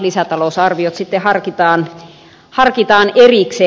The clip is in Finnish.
lisätalousarviot sitten harkitaan erikseen